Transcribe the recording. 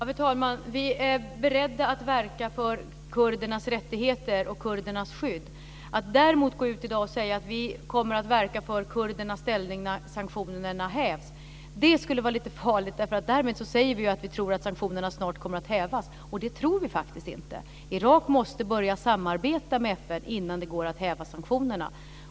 Fru talman! Vi är beredda att verka för kurdernas rättigheter och kurdernas skydd. Att däremot gå ut i dag och säga att vi kommer att verka för kurdernas ställning när sanktionerna hävs skulle vara lite farligt. Därmed säger vi ju att sanktionerna snart kommer att hävas, och det tror vi faktiskt inte. Irak måste börja samarbeta med FN innan det går att häva sanktionerna.